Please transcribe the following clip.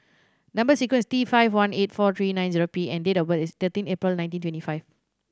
number sequence is T five one eight four three nine zero P and date of birth is thirteen April nineteen twenty five